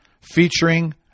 featuring